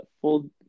full